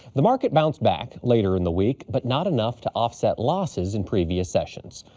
the market bounced back later in the week but not enough to offset losses in previous sessions.